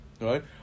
right